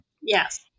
Yes